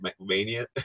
Mania